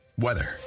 weather